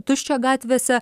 tuščia gatvėse